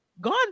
gone